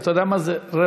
אתה יודע מה זה 0.25%?